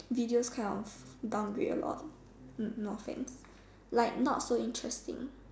videos kind of downgrade a lot no offence like not so interesting